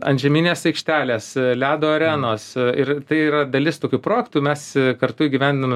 antžeminės aikštelės ledo arenos ir tai yra dalis tokių projektų mes kartu įgyvendiname